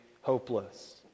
hopeless